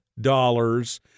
dollars